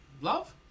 Love